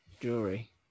jewelry